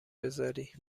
بذاری